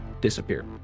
disappear